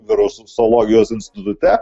virusologijos institute